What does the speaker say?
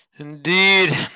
Indeed